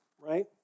right